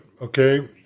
Okay